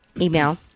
email